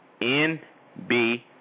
nb